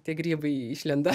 tie grybai išlenda